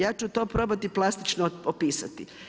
Ja ću to probati plastično opisati.